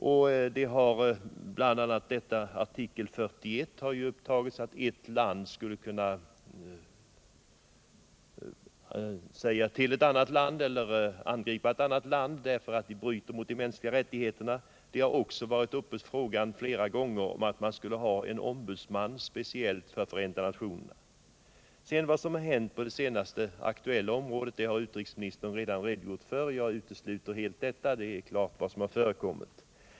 a. har i artikel 41 intagits stadgandet att ett land skulle kunna angripa ett annat land därför att detta land bryter mot de mänskliga rättigheterna. Frågan om en ombudsman speciellt för Förenta nationerna har också varit uppe. Vad som hänt på det senast aktuella området har utrikesministern redogjort för. Jag utesluter helt detta — det är klart vad som har förekommit.